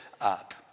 up